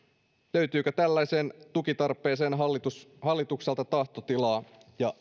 löytyykö tällaiseen tukitarpeeseen hallitukselta tahtotilaa ja